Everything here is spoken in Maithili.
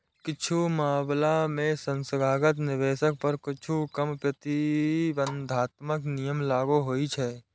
किछु मामला मे संस्थागत निवेशक पर किछु कम प्रतिबंधात्मक नियम लागू होइ छै